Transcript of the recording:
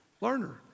Learner